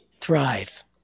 thrive